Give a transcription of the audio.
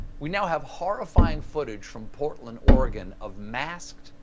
we now have horrifying footage from portland, oregon of masked,